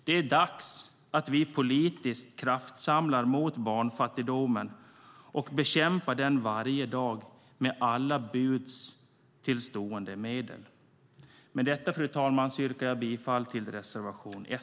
Det är dags att vi politiskt kraftsamlar mot barnfattigdomen och bekämpar den varje dag, med alla till buds stående medel. Med detta, fru talman, yrkar jag bifall till reservation 1.